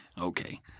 Okay